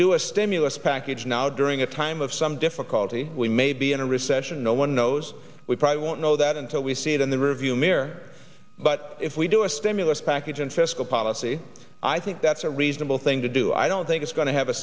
do a stimulus package now during a time of some difficulty we may be in a recession no one knows we probably won't know that until we see it in the rearview mirror but if we do a stimulus pack kitchen fiscal policy i think that's a reasonable thing to do i don't think it's going to have a